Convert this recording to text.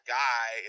guy